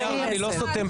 אני לא סותם פה.